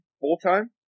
full-time